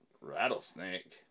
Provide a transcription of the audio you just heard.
rattlesnake